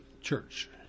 church